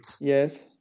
Yes